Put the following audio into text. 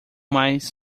mais